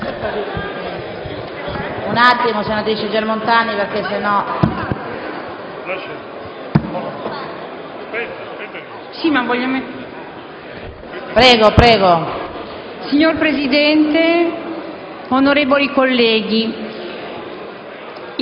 Signora Presidente, onorevoli colleghi,